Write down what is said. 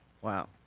Wow